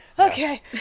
Okay